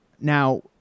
now